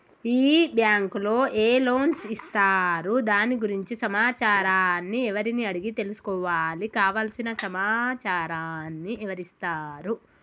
ఈ బ్యాంకులో ఏ లోన్స్ ఇస్తారు దాని గురించి సమాచారాన్ని ఎవరిని అడిగి తెలుసుకోవాలి? కావలసిన సమాచారాన్ని ఎవరిస్తారు?